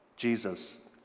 Jesus